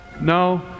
No